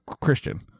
christian